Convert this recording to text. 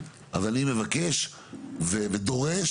אז אני מבקש ודורש,